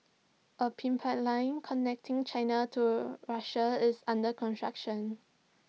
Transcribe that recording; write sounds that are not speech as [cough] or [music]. A [unintelligible] connecting China to Russia is under construction